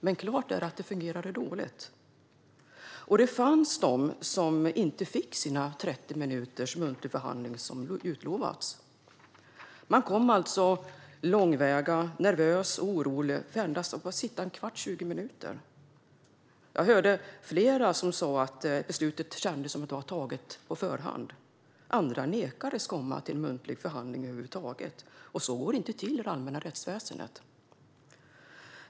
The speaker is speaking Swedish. Men klart är att det fungerade dåligt. Det fanns de som inte fick sina 30 minuters muntlig förhandling, som utlovats. Man kom långväga ifrån, nervös och orolig, för att endast få sitta en kvart eller 20 minuter. Jag hörde flera som sa att det kändes som att beslutet var taget på förhand. Andra nekades att komma till muntlig förhandling över huvud taget. Så går det inte till i det allmänna rättsväsendet.